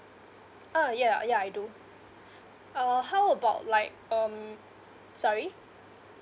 ah yeah yeah I do err how about like um sorry